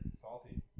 Salty